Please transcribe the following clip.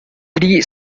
three